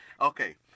Okay